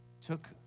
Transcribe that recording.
Took